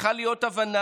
צריכה להיות הבנה.